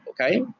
okay